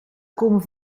komen